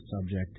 subject